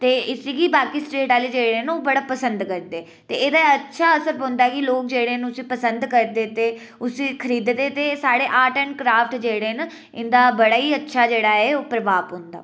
ते इसगी बाकी स्टेट आह्ले जेह्ड़े न ओह् बड़ा पसंद करदे न ते एह्दा अच्छा असर पौंदा कि लोक जेह्डे़ न उसी पसंद करदे ते उसी खरीदते ते साढे़ आर्ट एंड क्राफ्ट जेह्डे़ न इं'दा बडा'ई अच्छा जेहड़ा ऐ ओह् प्रभाव पौंदा